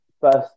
first